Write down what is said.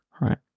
right